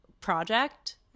project